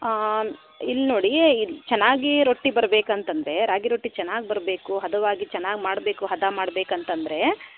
ಇಲ್ಲಿ ನೋಡಿ ಇದು ಚೆನ್ನಾಗಿ ರೊಟ್ಟಿ ಬರಬೇಕಂತಂದ್ರೆ ರಾಗಿರೊಟ್ಟಿ ಚೆನ್ನಾಗಿ ಬರಬೇಕು ಹದವಾಗಿ ಚೆನ್ನಾಗಿ ಮಾಡಬೇಕು ಹದ ಮಾಡಬೇಕಂತಂದ್ರೆ